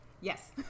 Yes